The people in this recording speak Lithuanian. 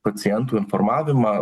pacientų informavimą